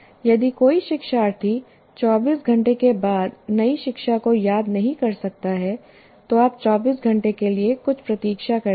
यदि कोई शिक्षार्थी 24 घंटे के बाद नई शिक्षा को याद नहीं कर सकता है तो आप 24 घंटे के लिए कुछ प्रतीक्षा करते हैं